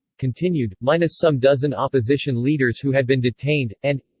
continued, minus some dozen opposition leaders who had been detained, and